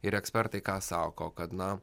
ir ekspertai ką sako kad na